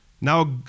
Now